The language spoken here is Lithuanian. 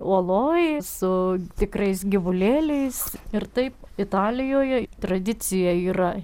uoloj su tikrais gyvulėliais ir taip italijoje tradicija yra